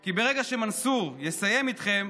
כי ברגע שמנסור יסיים איתכם,